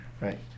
Right